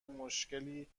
مشکلی